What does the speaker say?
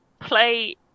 play